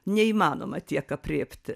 neįmanoma tiek aprėpti